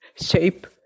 shape